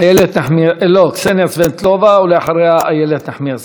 גם למוטט את מערכת המשפט,